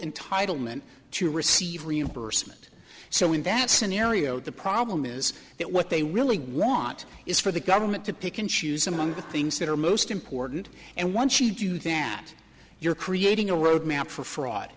entitlement to receive reimbursement so when the that scenario the problem is that what they really want is for the government to pick and choose among the things that are most important and once she do that you're creating a roadmap for fraud